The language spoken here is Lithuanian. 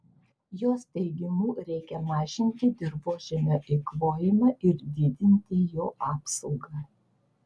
jos teigimu reikia mažinti dirvožemio eikvojimą ir didinti jo apsaugą